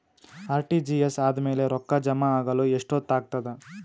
RTGS ಆದ್ಮೇಲೆ ರೊಕ್ಕ ಜಮಾ ಆಗಲು ಎಷ್ಟೊತ್ ಆಗತದ?